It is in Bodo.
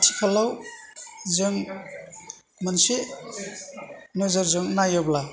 आथिखालाव जों मोनसे नोजोरजों नायोब्ला